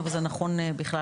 אבל זה נכון בכלל.